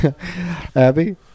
Abby